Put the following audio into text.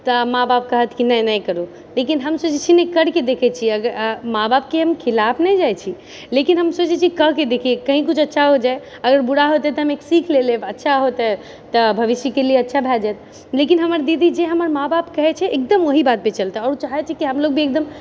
तऽ माँ बाप कहत कि नहि नहि करू लेकिन हम सोचै छी नहि कर के देखै छी अगर माँ बापके हम खिलाफ नहि जाइत छी लेकिन हम सोचै छी कि के देखियै कहीं कुछ अच्छा हो जाय अगर बुरा होतै तऽ हम एक सीख ले लेब अच्छा होतै तऽ भविष्यके लिअऽ अच्छा भए जाएत लेकिन हमर दीदी जे हमर माँ बाप जे कहै छै एकदम ओएह बात पे चलतै ओ चाहै छै कि हमलोग भी एकदम